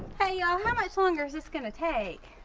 hey y'all, how much longer is this gonna take?